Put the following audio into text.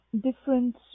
different